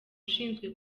ushinzwe